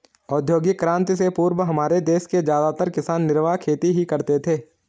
औद्योगिक क्रांति से पूर्व हमारे देश के ज्यादातर किसान निर्वाह खेती ही करते थे